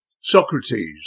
Socrates